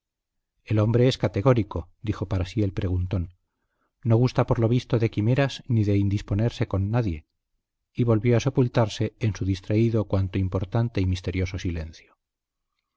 el hombre es categórico dijo para sí el preguntón no gusta por lo visto de quimeras ni de indisponerse con nadie y volvió a sepultarse en su distraído cuanto importante y misterioso silencio